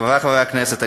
חברי חברי הכנסת,